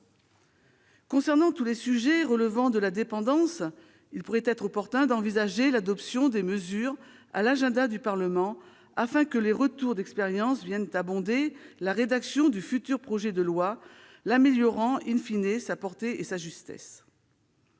Pour tous les sujets relevant de la dépendance, il pourrait être opportun d'envisager l'adoption des mesures figurant à l'agenda du Parlement, afin que les retours d'expérience viennent abonder la rédaction du futur projet de loi pour améliorer,, sa portée et sa justesse.